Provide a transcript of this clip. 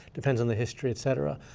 depends on the history, et cetera.